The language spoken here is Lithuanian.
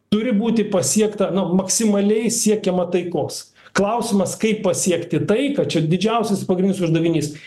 turi būti pasiekta nu maksimaliai siekiama taikos klausimas kaip pasiekti tai kad čia didžiausias pagrindinis uždavinys